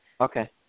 okay